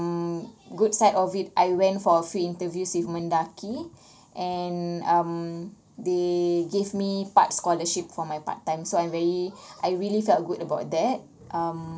um good side of it I went for a few interviews with MENDAKI and um they give me part scholarship for my part time so I really I really felt good about that um